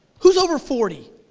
who's over forty?